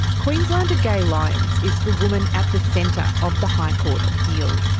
queenslander gaye lyons is the woman at the centre of the high court appeal.